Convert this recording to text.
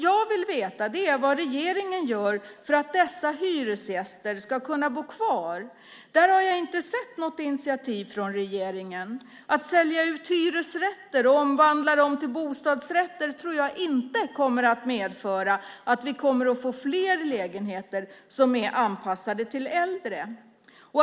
Jag vill veta vad regeringen gör för att dessa hyresgäster ska kunna bo kvar. Där har jag inte sett något initiativ från regeringen. Att sälja hyresrätter och omvandla dem till bostadsrätter tror jag inte kommer att medföra att vi kommer att få fler lägenheter som är anpassade till äldre.